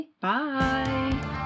Bye